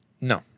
No